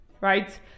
right